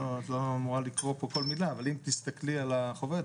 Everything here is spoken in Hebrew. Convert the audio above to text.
את לא אמורה לקרוא פה כל מילה אבל אם תסתכלי על החוברת,